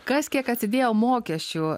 kas kiek atsidėjo mokesčių